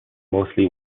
mostly